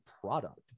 product